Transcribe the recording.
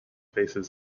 faces